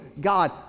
God